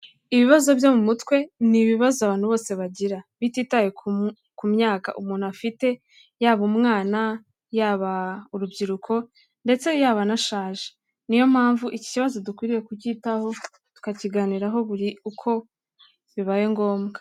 Ibibazo byo mu mutwe ni ibibazo abantu bose bagira bititaye ku myaka umuntu afite yaba umwana, yaba urubyiruko ndetse yaba anashaje. ni yo mpamvu iki kibazo dukwiriye kucyitaho tukakiganiraho buri uko bibaye ngombwa.